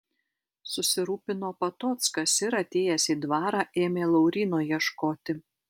susirūpino patockas ir atėjęs į dvarą ėmė lauryno ieškoti